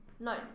No